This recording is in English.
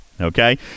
Okay